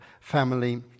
family